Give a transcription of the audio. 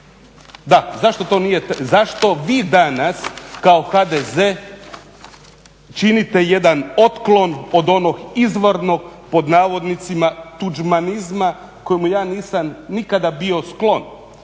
Titovu bistu. Zašto vi danas kao HDZ činite jedan otklon od onog izvornog "tuđmanizma" kojemu ja nisam nikada bio sklon.